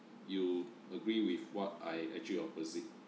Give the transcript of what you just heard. you agree with what I actually opposite